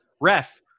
ref